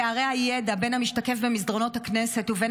פערי הידע בין המשתקף במסדרונות הכנסת ובין